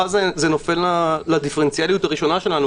זה נופל לדיפרנציאליות הראשונה שלנו.